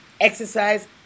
exercise